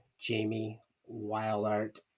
Jamiewildart